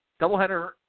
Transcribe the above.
doubleheader